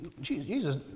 Jesus